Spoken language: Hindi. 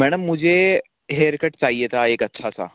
मैडम मुझे हेयर कट चाहिए था एक अच्छा सा